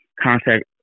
contact